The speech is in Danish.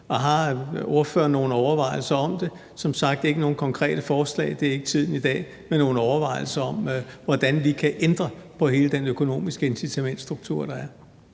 Og har ordføreren nogle overvejelser om det – som sagt ikke nogen konkrete forslag, for det er tiden ikke til i dag, men nogle overvejelser om, hvordan vi kan ændre på hele den økonomiske incitamentsstruktur, der er?